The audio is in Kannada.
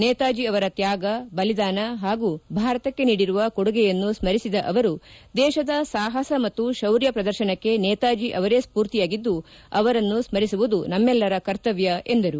ನೇತಾಜಿ ಅವರ ತ್ಯಾಗ ಬಲಿದಾನ ಹಾಗೂ ಭಾರತಕ್ಕೆ ನೀಡಿರುವ ಕೊಡುಗೆಯನ್ನು ಸ್ಪರಿಸಿದ ಅವರು ದೇಶದ ಸಾಹಸ ಮತ್ತು ಶೌರ್ಯ ಪ್ರದರ್ಶನಕ್ಕೆ ನೇತಾಜಿ ಅವರೇ ಸ್ಪೂರ್ತಿಯಾಗಿದ್ದು ಅವರನ್ನು ಸ್ಕರಿಸುವುದು ನಮ್ಮೆಲ್ಲರ ಕರ್ತವ್ಯ ಎಂದರು